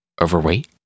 overweight